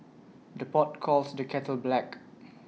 the pot calls the kettle black